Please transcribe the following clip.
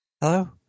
hello